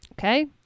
Okay